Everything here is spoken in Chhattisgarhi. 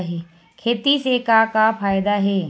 खेती से का का फ़ायदा हे?